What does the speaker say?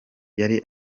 yari